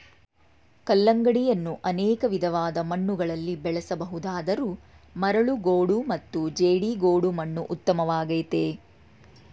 ಕಲ್ಲಂಗಡಿಯನ್ನು ಅನೇಕ ವಿಧವಾದ ಮಣ್ಣುಗಳಲ್ಲಿ ಬೆಳೆಸ ಬಹುದಾದರೂ ಮರಳುಗೋಡು ಮತ್ತು ಜೇಡಿಗೋಡು ಮಣ್ಣು ಉತ್ತಮವಾಗಯ್ತೆ